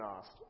asked